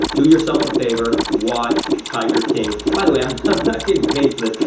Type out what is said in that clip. do yourself a favor, watch tiger king. by the way, i'm not getting paid for this.